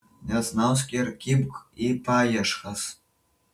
nesnausk ir kibk į paieškas